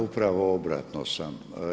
Upravo obratno sam.